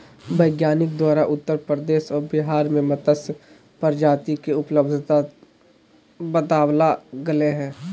वैज्ञानिक द्वारा उत्तर प्रदेश व बिहार में मत्स्य प्रजाति के उपलब्धता बताबल गले हें